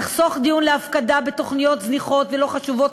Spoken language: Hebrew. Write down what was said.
נחסוך דיון להפקדה בתוכניות זניחות ולא חשובות